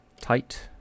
Tight